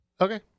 Okay